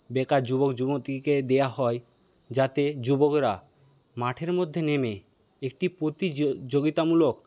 বেকার যুবক যুবতীকে দেওয়া হয় যাতে যুবকরা মাঠের মধ্যে নেমে একটি প্রতিযোগিতামূলক